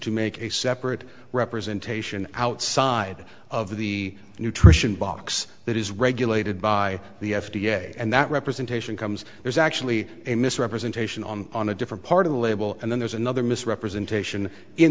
to make a separate representation outside of the nutrition box that is regulated by the f d a and that representation comes there's actually a misrepresentation on on a different part of the label and then there's another misrepresentation in